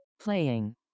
Playing